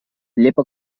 llepa